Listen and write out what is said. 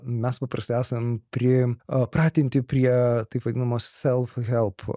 mes paprastai esam pri a pratinti prie taip vadinamos self help